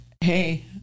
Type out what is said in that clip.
hey